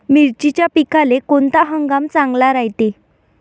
मिर्चीच्या पिकाले कोनता हंगाम चांगला रायते?